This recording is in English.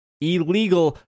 illegal